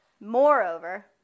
Moreover